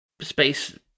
space